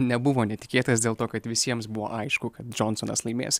nebuvo netikėtas dėl to kad visiems buvo aišku kad džonsonas laimės